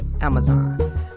Amazon